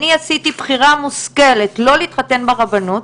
אני עשיתי בחירה מושכלת לא להתחתן ברבנות,